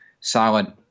solid